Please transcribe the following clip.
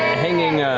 hanging